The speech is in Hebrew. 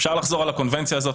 אפשר לחזור על הקונבנציה הזאת,